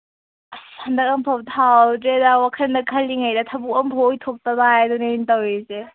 ꯑꯁ ꯍꯟꯗꯛ ꯑꯃꯐꯥꯎ ꯊꯥꯍꯧꯗ꯭ꯔꯦꯗ ꯋꯥꯈꯜꯗ ꯈꯜꯂꯤꯉꯩꯗ ꯊꯕꯛ ꯑꯃ ꯐꯥꯎ ꯑꯣꯏꯊꯣꯛꯇꯕ ꯍꯥꯏꯗꯨꯅꯦ ꯑꯩꯅ ꯇꯧꯔꯤꯁꯦ